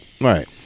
Right